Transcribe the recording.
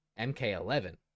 mk11